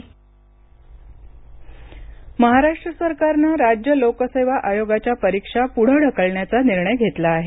MPSC परीक्षा महाराष्ट्र सरकारनं राज्य लोकसेवा आयोगाच्या परीक्षा पुढं ढकलण्याचा निर्णय घेतला आहे